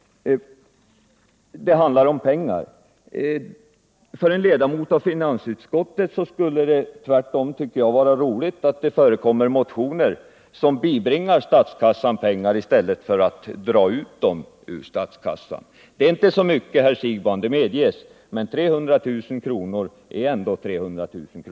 Det handlar dock om pengar. För en ledamot av finansutskottet tycker jag att det tvärtom borde vara roligt att det finns motioner med förslag om att bibringa statskassan pengar i stället för att dra ut pengar ur statskassan. Det är inte så mycket pengar, herr Siegbahn, det medges. Men 300 000 kr. är ändå 300 000 kr.